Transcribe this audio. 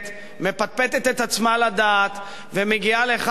מפטפטת את עצמה לדעת ומגיעה לאחד הרגעים